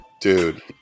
Dude